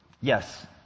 Yes